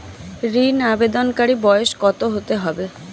ঋন আবেদনকারী বয়স কত হতে হবে?